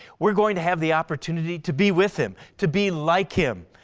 we're going to have the opportunity to be with him. to be like him.